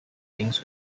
things